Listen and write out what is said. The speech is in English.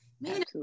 man